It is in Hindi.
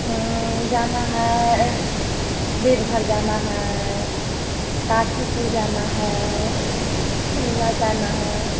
जाना है देवघर जाना है काशीपुर जाना है शिमला जाना है